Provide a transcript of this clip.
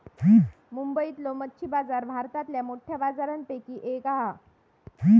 मुंबईतलो मच्छी बाजार भारतातल्या मोठ्या बाजारांपैकी एक हा